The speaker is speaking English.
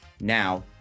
Now